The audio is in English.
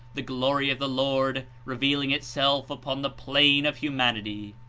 the glory of the lord revealing itself upon the plane of humanity.